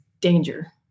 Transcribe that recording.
danger